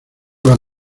van